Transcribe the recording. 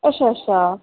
अच्छा अच्छा